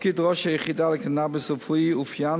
תפקיד ראש היחידה לקנאביס רפואי אופיין